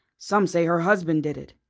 some say her husband did it.